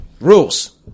Rules